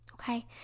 Okay